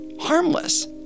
harmless